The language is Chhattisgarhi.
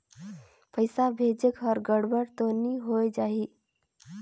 पइसा भेजेक हर गड़बड़ तो नि होए जाही?